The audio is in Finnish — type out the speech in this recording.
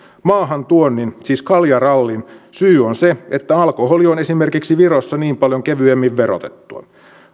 maahantuonnin siis kaljarallin syy on se että alkoholi on esimerkiksi virossa niin paljon kevyemmin verotettua